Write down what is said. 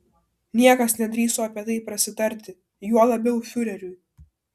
niekas nedrįso apie tai prasitarti juo labiau fiureriui